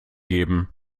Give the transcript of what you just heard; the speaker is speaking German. geben